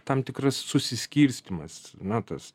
tam tikras susiskirstymas na tas